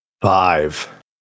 five